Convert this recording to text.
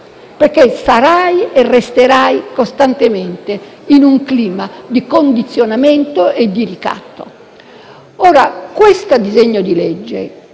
perché sarai e resterai costantemente in un clima di condizionamento e ricatto. Ora, l'introduzione di questi